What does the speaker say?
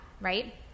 right